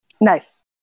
Nice